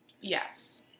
Yes